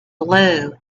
blue